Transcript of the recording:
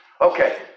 Okay